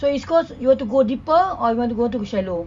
so east coast you were to go deeper or you want to go to the shallow